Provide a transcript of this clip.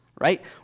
right